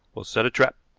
we'll set a trap,